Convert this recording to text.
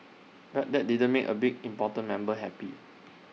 but that didn't make A big important member happy